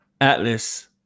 Atlas